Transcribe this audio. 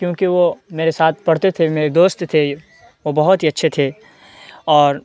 کیونکہ وہ میرے ساتھ پڑھتے تھے میرے دوست تھے وہ بہت ہی اچّھے تھے اور